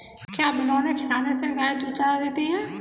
क्या बिनोले खिलाने से गाय दूध ज्यादा देती है?